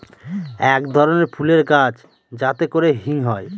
এক ধরনের ফুলের গাছ যাতে করে হিং হয়